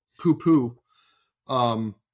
poo-poo